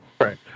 right